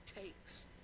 takes